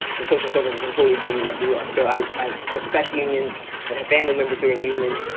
the social services employees union of new york. so i i respect unions and have family members who are in unions.